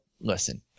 listen